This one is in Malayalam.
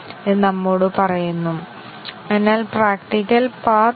കൂടാതെ 7 ഫലം ടോഗിൾ ചെയ്യുന്നു